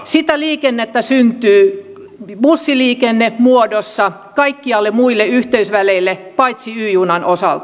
sitä liikennettä syntyy bussiliikennemuodossa kaikkialle muille yhteysväleille paitsi y junan osalta